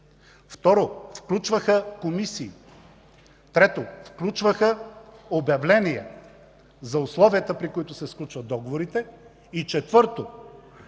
второ, включваха комисии; трето, включваха обявления за условията, при които се сключват договорите; и четвърто,